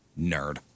Nerd